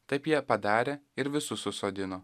taip jie padarė ir visus susodino